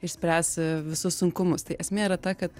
išspręs visus sunkumus tai esmė yra ta kad